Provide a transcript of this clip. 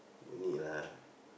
no need lah